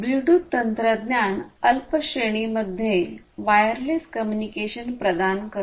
Bluetooth तंत्रज्ञान अल्प श्रेणीमध्ये वायरलेस कम्युनिकेशन प्रदान करते